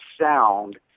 sound